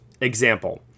Example